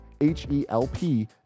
h-e-l-p